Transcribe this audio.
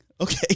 Okay